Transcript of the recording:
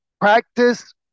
practice